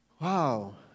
Wow